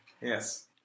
Yes